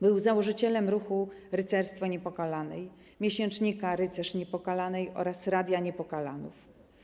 Był założycielem ruchu Rycerstwo Niepokalanej, miesięcznika „Rycerz Niepokalanej” oraz Radia Niepokalanów.